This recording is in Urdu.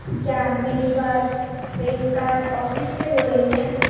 کیا میری بات پین کارڈ آفس سے ہو رہی ہے